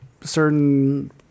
certain